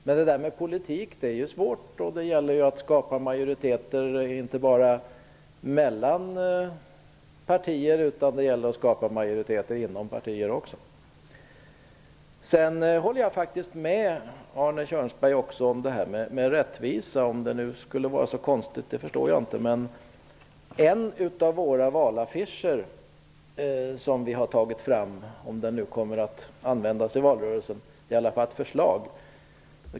Men politik är svårt, och det gäller ju att skapa majoriteter inte bara mellan partier utan även inom partier. Jag håller också med Arne Kjörnsberg om detta med rättvisa. Jag förstår inte att det skulle vara så konstigt. En av de valaffischer som vi har tagit fram kallar vi för RAM. Jag vet inte om den kommer att användas i valrörelsen, men det är ett förslag.